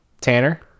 Tanner